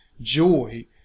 joy